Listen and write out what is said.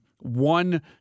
One